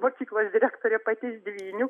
mokyklos direktorė pati iš dvynių